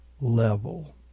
level